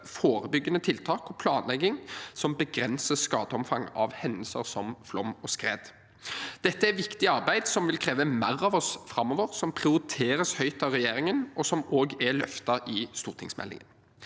forebyggende tiltak og planlegging som begrenser skadeomfanget av hendelser som flom og skred. Dette er et viktig arbeid som vil kreve mer av oss framover, som prioriteres høyt av regjeringen, og som også er løftet i stortingsmeldingen.